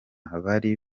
bari